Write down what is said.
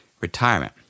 retirement